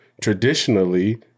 traditionally